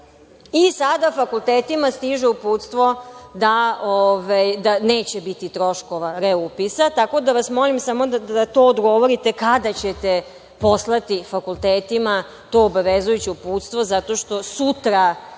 i sada fakultetima stiže uputstvo da neće biti troškova reupisa? Molim vas da mi samo odgovorite kada ćete poslati fakultetima tu obavezujuće uputstvo zato što sutra